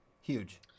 huge